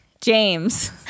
james